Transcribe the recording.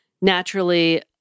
naturally